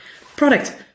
product